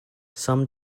some